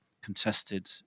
contested